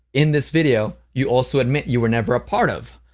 in this video, you also admit you were never a part of,